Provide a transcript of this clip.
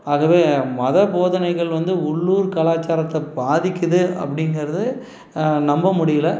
அதுவே மத போதனைகள் வந்து உள்ளூர் கலாச்சாரத்தை பாதிக்கிது அப்படிங்கறது நம்ப முடியல